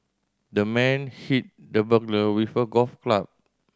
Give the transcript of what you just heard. the man hit the burglar with a golf club